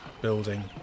building